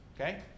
okay